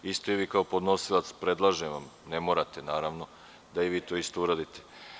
Isto i vi kao podnosilac, predlažem vam, ne morate naravno, da i vi to isto uradite.